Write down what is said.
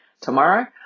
tomorrow